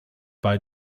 bei